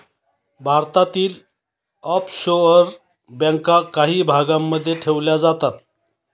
भारतातील ऑफशोअर बँका काही भागांमध्ये ठेवल्या जातात